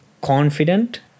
confident